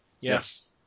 Yes